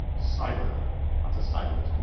cyber lots of cybers,